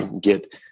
get